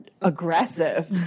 aggressive